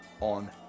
on